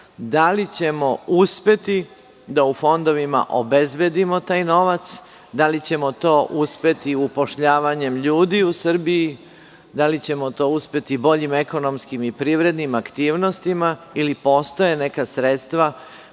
Da li ćemo uspeti da u fondovima obezbedimo taj novac? Da li ćemo to uspeti upošljavanjem ljudi u Srbiji? Da li ćemo to uspeti boljim ekonomskim i privrednim aktivnostima ili postoje neka sredstva